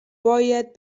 باید